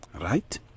right